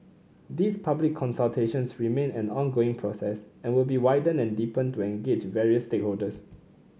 these public consultations remain an ongoing process and will be widened and deepened to engage various stakeholders